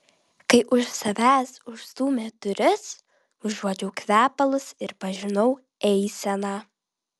kai už savęs užstūmė duris užuodžiau kvepalus ir pažinau eiseną